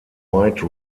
white